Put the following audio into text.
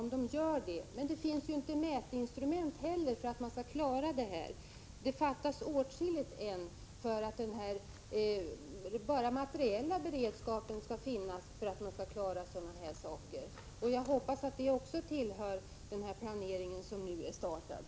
Men det finns inte mätinstrument för att kommunerna skall klara det, och det fattas åtskilligt ännu i materiell beredskap. Jag hoppas att det också tillhör den planering som har påbörjats.